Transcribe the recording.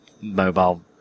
mobile